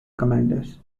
commanders